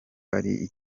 ari